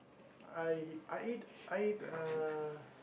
I I eat I uh